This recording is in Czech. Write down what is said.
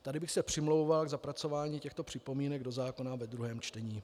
Tady bych se přimlouval o zapracování těchto připomínek do zákona ve druhém čtení.